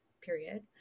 period